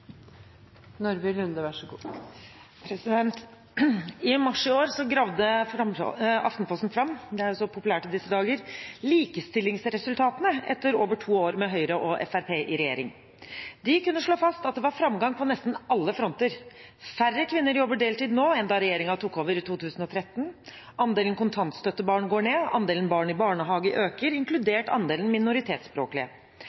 I mars i år gravde Aftenposten fram – det er så populært i disse dager – likestillingsresultatene etter over to år med Høyre og Fremskrittspartiet i regjering. De kunne slå fast at det var framgang på nesten alle fronter. Færre kvinner jobber deltid nå enn da regjeringen tok over i 2013, andelen kontantstøttebarn går ned, og andelen barn i barnehage